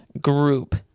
group